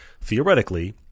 theoretically